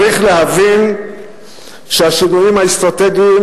צריך להבין שהשינויים האסטרטגיים